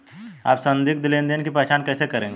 आप संदिग्ध लेनदेन की पहचान कैसे करेंगे?